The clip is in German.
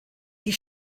die